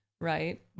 right